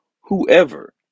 whoever